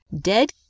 dead